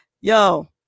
yo